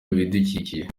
ibidukikije